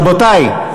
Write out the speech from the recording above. רבותי.